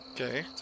Okay